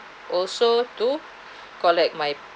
also to collect my